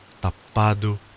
tapado